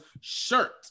shirt